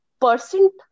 percent